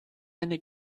eine